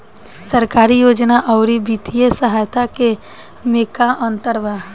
सरकारी योजना आउर वित्तीय सहायता के में का अंतर बा?